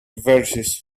verses